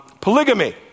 Polygamy